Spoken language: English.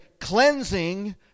cleansing